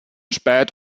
spät